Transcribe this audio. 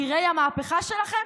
אבירי המהפכה שלכם.